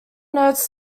notes